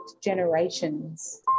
generations